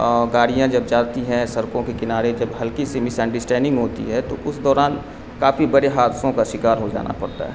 گاڑیاں جب جاتی ہیں سڑکوں کے کنارے جب ہلکی سے مس انڈرسٹینگ ہوتی ہے تو اس دوران کافی بڑے حادثوں کا شکار ہو جانا پڑتا ہے